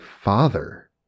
father